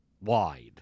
wide